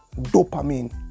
dopamine